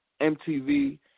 mtv